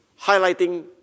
highlighting